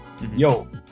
Yo